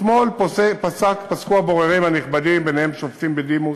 אתמול פסקו הבוררים הנכבדים, בהם שופטים בדימוס,